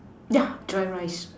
yeah dry rice